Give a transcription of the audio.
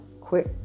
quick